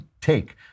take